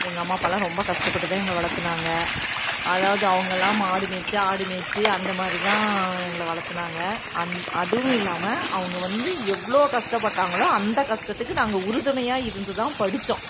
எங்கள் அம்மா அப்பாலாம் ரொம்ப கஷ்டப்பட்டு தான் எங்களை வளர்த்துனாங்க அதாவது அவங்கள்லாம் மாடு மேய்த்து ஆடு மேய்த்து அந்த மாதிரி தான் எங்களை வளர்த்துனாங்க அந் அதுவும் இல்லாமல் அவங்க வந்து எவ்வளோ கஷ்டப்பட்டாங்களோ அந்த கஷ்டத்துக்கு நாங்கள் உறுதுணையாக இருந்து தான் படித்தோம்